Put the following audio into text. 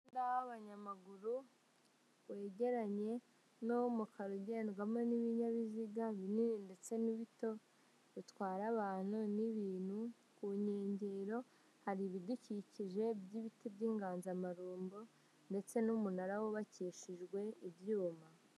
Umuhanda w'abanyamaguru wegeranye nuw'umukara ukaba urugendwamo n'ibinyabiziga binini ndetse n'ibito bitwara abantu n'ibintu ku nkengero hari ibidukikije by'ibiti by'inganzamarumbo ndetse n'umunara wubakishijwe ibyuma.